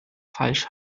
falsch